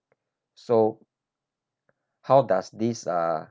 so how does this ah